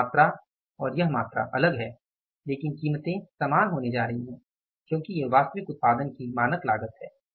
यह मात्रा और यह मात्रा अलग है लेकिन कीमतें समान होने जा रही हैं क्योंकि ये वास्तविक उत्पादन की मानक लागत हैं